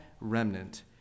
remnant